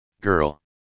girl